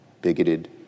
bigoted